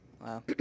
Wow